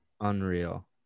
unreal